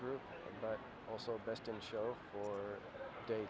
group but also best in show for day